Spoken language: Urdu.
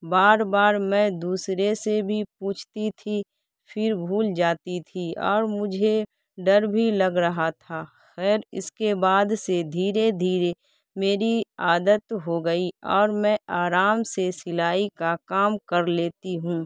بار بار میں دوسرے سے بھی پوچھتی تھی پھر بھول جاتی تھی اور مجھے ڈر بھی لگ رہا تھا خیر اس کے بعد سے دھیرے دھیرے میری عادت ہو گئی اور میں آرام سے سلائی کا کام کر لیتی ہوں